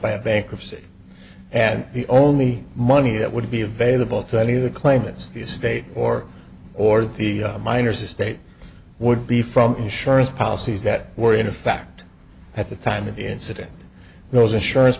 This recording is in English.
by a bankruptcy and the only money that would be available to any of the claimants the state or or the miners estate would be from insurance policies that were in effect at the time of the incident those insurance